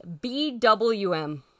BWM